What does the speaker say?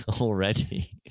already